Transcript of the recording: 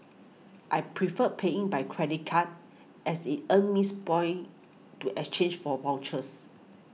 I prefer paying by credit card as it earns miss boy to exchange for vouchers